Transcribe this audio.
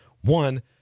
One